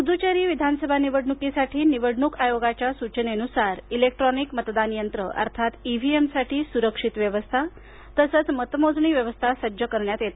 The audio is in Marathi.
पुद्च्चेरी विधानसभा निवडणूकीसाठी निवडणूक आयोगाच्या सूचनेनुसार इलेक्ट्रॉनिक मतदान यंत्रं अर्थात ईव्हीएमसाठी सुरक्षित व्यवस्था तसंच मतमोजणी व्यवस्था निर्मितीची सुरुवात करण्यात आली